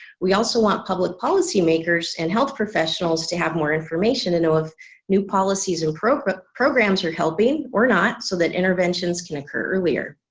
we also want public policymakers and health professionals to have more information and know if new policies and programs programs are helping or not so that interventions can occur earlier.